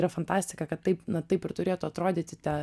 yra fantastika kad taip na taip ir turėtų atrodyti ta